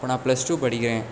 இப்போ நான் plus two படிக்கிறேன்